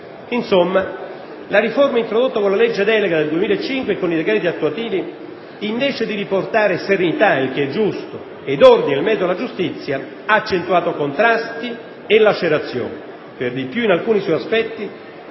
Insomma, la riforma introdotta con la legge delega del 2005 e con i decreti attuativi, invece di riportare serenità (il che è giusto) ed ordine nel metodo della giustizia, ha accentuato contrasti e lacerazioni; per di più, in alcuni suoi aspetti